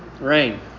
Rain